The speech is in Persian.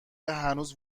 هنوز